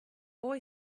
boy